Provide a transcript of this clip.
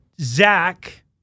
Zach